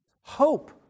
hope